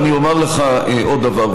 אני אומר לך עוד דבר,